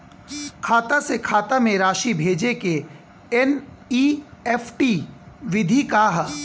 खाता से खाता में राशि भेजे के एन.ई.एफ.टी विधि का ह?